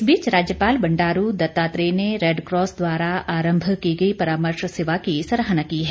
इस बीच राज्यपाल बंडारू दत्तात्रेय ने रैडक्रॉस द्वारा आरंभ की गई परामर्श सेवा की सराहना की है